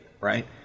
right